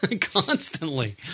Constantly